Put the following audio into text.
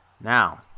Now